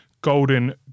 golden